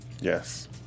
Yes